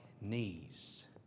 knees